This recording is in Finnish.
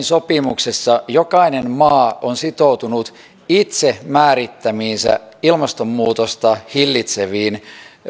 sopimuksessa jokainen maa on sitoutunut itse määrittämiinsä ilmastonmuutosta hillitseviin